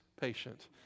patient